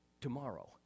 tomorrow